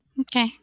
Okay